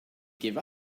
give